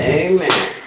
amen